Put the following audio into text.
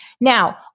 Now